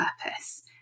purpose